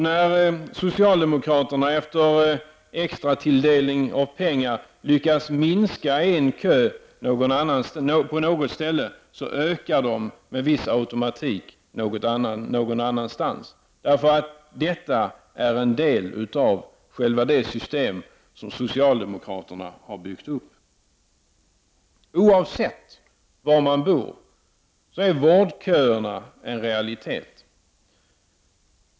Då socialdemokraterna efter extratilldelning av pengar lyckats minska en kö på något ställe förlängs kön med viss automatik någon annanstans. Detta är i dag en del av själva det system som socialdemokraterna har byggt upp. Oavsett var man bor så är vårdköerna en realitet.